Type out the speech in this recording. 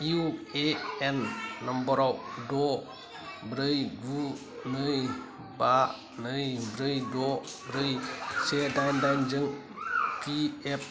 U A N number आव द' ब्रै गु नै बा नै ब्रै द' ब्रै से दाइन दाइन जों पि एफ